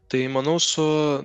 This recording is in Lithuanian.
tai manau su